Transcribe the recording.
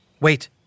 Wait